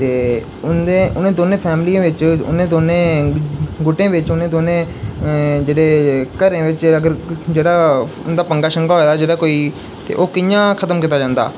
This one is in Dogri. ते उ'नें उ'नें दौनें फैमलियें बिच्च उ'नें दौनें गुट्टें बिच्च उ'नें दौनें घरें बिच्च जेह्ड़े घरें बिच्च जेह्ड़ा उं'दा पंगा शंगा होए दा कोई ते ओह् कि'यां खतम कीता जंदा